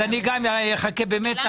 אז אני גם אחכה במתח.